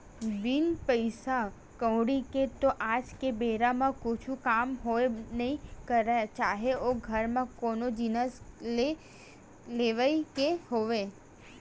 बिन पइसा कउड़ी के तो आज के बेरा म कुछु काम होबे नइ करय चाहे ओ घर म कोनो जिनिस के लेवई के होवय